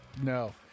No